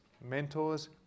mentors